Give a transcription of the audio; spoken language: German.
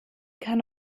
kann